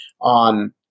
on